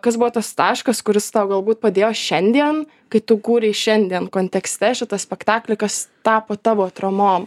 kas buvo tas taškas kuris tau galbūt padėjo šiandien kai tu kūrei šiandien kontekste šitą spektaklį kas tapo tavo atramom